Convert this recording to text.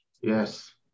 Yes